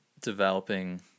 developing